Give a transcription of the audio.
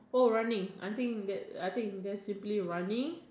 oh running I think that uh I think just simply running